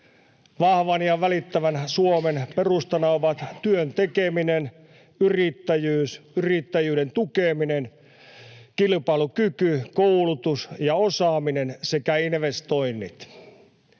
Vahvan ja välittävän Suomen perustana ovat työn tekeminen, yrittäjyys, yrittäjyyden tukeminen, kilpailukyky, koulutus ja osaaminen sekä investoinnit.